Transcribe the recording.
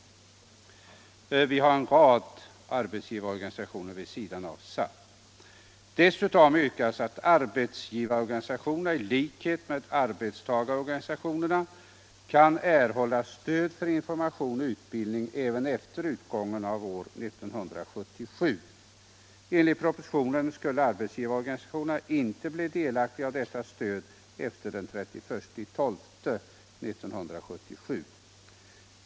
Det finns en rad arbetsgivarorganisationer vid sidan av SAF. Dessutom yrkas det att arbetsgivarorganisationerna i likhet med arbetstagarorganisationerna skall kunna erhålla stöd för information och utbildning även efter utgången av år 1977. Enligt propositionen skulle arbetsgivarorganisationerna inte bli delaktiga av detta stöd efter den 31 december 1977.